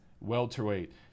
welterweight